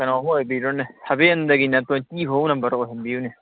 ꯀꯩꯅꯣꯃꯨꯛ ꯑꯣꯏꯕꯤꯔꯣꯅꯦ ꯁꯕꯦꯟꯗꯒꯤꯅ ꯇ꯭ꯋꯦꯟꯇꯤ ꯐꯥꯎꯕ ꯅꯝꯕꯔ ꯑꯣꯏꯍꯟꯕꯤꯎꯅꯦ